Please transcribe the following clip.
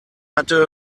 hatte